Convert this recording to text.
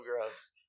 gross